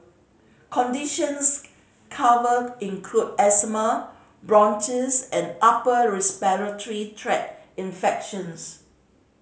conditions covered include asthma bronchitis and upper respiratory tract infections